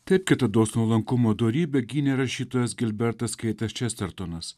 taip kitados nuolankumo dorybę gynė rašytojas gilbertas keitas čestertonas